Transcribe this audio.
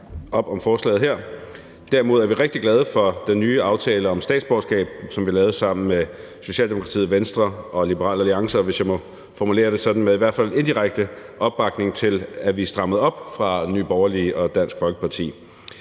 op om forslaget her. Derimod er vi rigtig glade for den nye aftale om statsborgerskab, som vi lavede sammen med Socialdemokratiet, Venstre og Liberal Alliance, og hvis jeg må formulere det sådan, med i hvert fald indirekte opbakning til, at vi strammede op, fra Nye Borgerlige og Dansk Folkeparti,